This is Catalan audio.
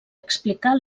explicar